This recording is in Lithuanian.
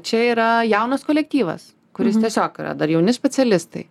čia yra jaunas kolektyvas kuris tiesiog yra dar jauni specialistai